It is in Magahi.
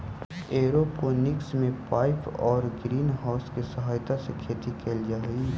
एयरोपोनिक्स में पाइप आउ ग्रीन हाउस के सहायता से खेती कैल जा हइ